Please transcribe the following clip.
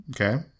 Okay